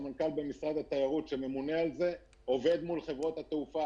סמנכ"ל במשרד התיירות שממונה על מול חברות התעופה.